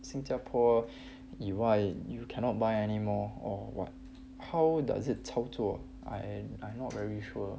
新加坡 you !wah! you cannot buy anymore or what how does it 操作 I am I not very sure